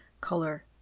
color